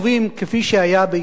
כפי שהיה בהתנתקות,